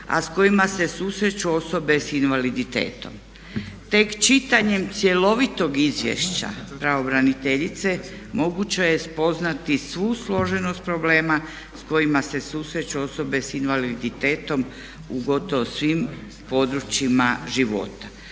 a s kojima se susreću osobe sa invaliditetom. Tek čitanjem cjelovitog izvješća pravobraniteljice moguće je spoznati svu složenost problema s kojima se susreću osobe sa invaliditetom u gotovo svim područjima života.